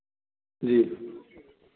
जी